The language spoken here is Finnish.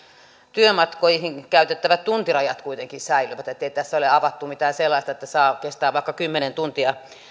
työmatkoihin käytettävät tuntirajat kuitenkin säilyvät ettei tässä ole avattu mitään sellaista että työmatkat saavat kestää vaikka kymmenen tuntia